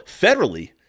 federally